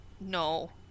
No